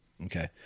Okay